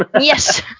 Yes